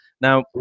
now